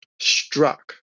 struck